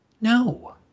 no